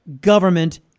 government